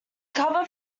cover